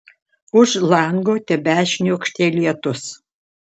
už lango tebešniokštė lietus